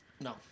No